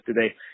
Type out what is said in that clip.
today